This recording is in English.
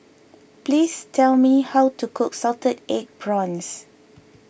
please tell me how to cook Salted Egg Prawns